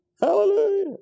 Hallelujah